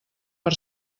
per